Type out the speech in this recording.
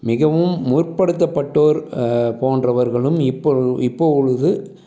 மிகவும் முற்படுத்தப்பட்டோர் போன்றவர்களும் இப்போ இப்பொழுது